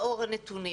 לאור הנתונים.